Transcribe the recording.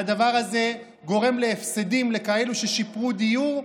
והדבר הזה גורם להפסדים למי ששיפרו דיור,